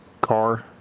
car